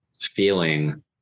feeling